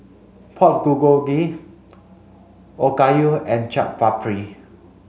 Pork Bulgogi Okayu and Chaat Papri